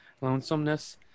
lonesomeness